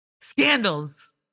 Scandals